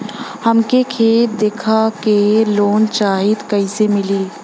हमके खेत देखा के लोन चाहीत कईसे मिली?